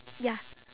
ya